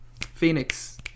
phoenix